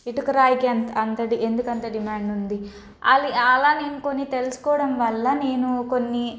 ఇటుకరాయికి అం అంత డి ఎందుకంత డిమాండ్ ఉంది అవి అలా నేను కొన్ని తెలుసుకోవడం వల్ల నేనూ కొన్నీ